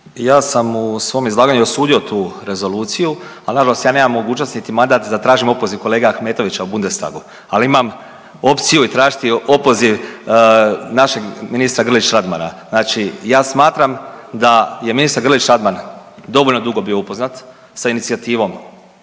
Ja sam u svom izlaganju osudio tu rezoluciju, ali nažalost ja nemam mogućnosti niti mandat da tražim opoziv kolege Ahmetovića u Budestagu, ali imam opciju i tražiti opoziv našeg ministra Grlić Radmana. Znači ja smatram da je ministar Grlić Radman dovoljno dugo bio upoznat sa inicijativom